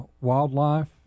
Wildlife